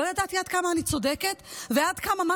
לא ידעתי עד כמה אני צודקת ועד כמה מה